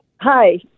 Hi